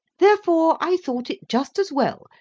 therefore, i thought it just as well,